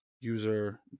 User